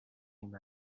him